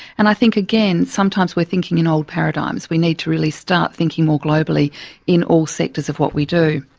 and i think again sometimes we're thinking in old paradigms. we need to really start thinking more globally in all sectors of what we do.